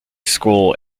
school